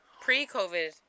pre-COVID